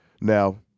Now